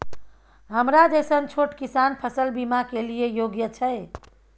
हमरा जैसन छोट किसान फसल बीमा के लिए योग्य छै?